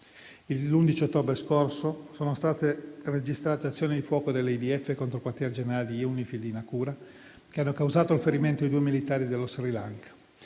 L'11 ottobre scorso sono state registrate azioni di fuoco dell'IDF contro il quartier generale di UNIFIL di Naqoura, che hanno causato il ferimento di due militari dello Sri Lanka.